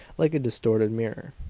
like a distorted mirror.